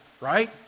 right